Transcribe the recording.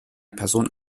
person